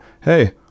hey